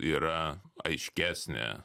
yra aiškesnė